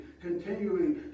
continuing